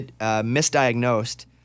misdiagnosed